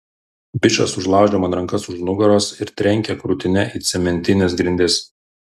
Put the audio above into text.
bičas užlaužia man rankas už nugaros ir trenkia krūtinę į cementines grindis